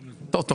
המוקד.